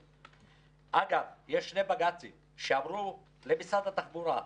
אגב יש שני בג"צים שאמרו למשרד התחבורה,